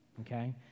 Okay